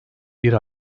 bir